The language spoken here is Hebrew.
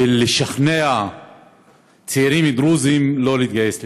לשכנע צעירים דרוזים לא להתגייס לצה"ל.